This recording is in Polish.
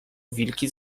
wilki